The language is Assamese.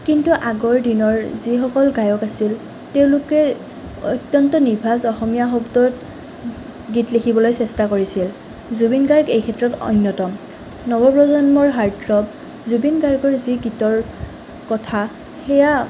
কিন্তু আগৰ দিনৰ যিসকল গায়ক আছিল তেওঁলোকে অত্যন্ত নিভাঁজ অসমীয়া শব্দত গীত লিখিবলৈ চেষ্টা কৰিছিল জুবিন গাৰ্গ এই ক্ষেত্ৰত অন্যতম নৱ প্ৰজন্মৰ হাৰ্টথ্ৰব জুবিন গাৰ্গৰ যি গীতৰ কথা সেয়া